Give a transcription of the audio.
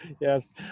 yes